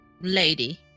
lady